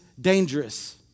dangerous